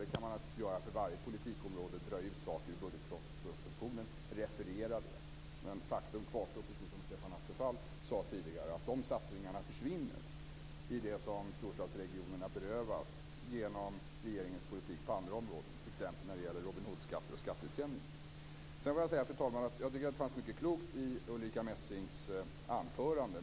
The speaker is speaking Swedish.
Det kan man naturligtvis göra för varje politikområde; dra ut saker ur budgetpropositionen och referera detta. Men faktum kvarstår, precis som Stefan Attefall sade tidigare, att dessa satsningar försvinner i det som storstadsregionerna berövas genom regeringens politik på andra områden, t.ex. när det gäller Robin Hood-skatter och skatteutjämning. Sedan får jag säga, fru talman, att jag tycker att det fanns mycket klokt i Ulrica Messings anförande.